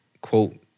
quote